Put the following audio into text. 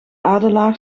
adelaar